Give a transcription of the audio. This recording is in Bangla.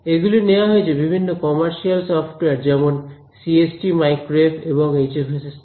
এগুলি নেয়া হয়েছে বিভিন্ন কমার্শিয়াল সফটওয়্যার যেমন সিএসটি মাইক্রোওয়েভ এবং এইচএফএসএস থেকে